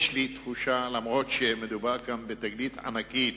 יש לי תחושה, אף-על-פי שמדובר כאן בתגלית ענקית,